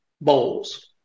bowls